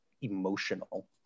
emotional